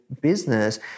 business